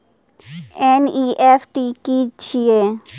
NEFT की छीयै?